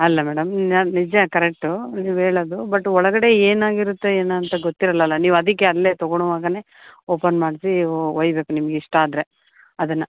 ಅಲ್ಲ ಮೇಡಮ್ ನಾನು ನಿಜ ಕರೆಕ್ಟೂ ನೀವು ಹೇಳೋದು ಬಟ್ ಒಳಗಡೆ ಏನಾಗಿರುತ್ತೆ ಏನು ಅಂತ ಗೊತ್ತಿರಲ್ಲ ಅಲ್ಲ ನೀವು ಅದಕ್ಕೆ ಅಲ್ಲೆ ತೊಗೋಳ್ಳೊವಾಗನೆ ಓಪನ್ ಮಾಡಿಸಿ ಓಯ್ಬೇಕು ನಿಮ್ಗೆ ಇಷ್ಟ ಆದರೆ ಅದನ್ನು